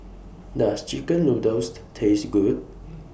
Does Chicken Noodles Taste Good